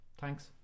thanks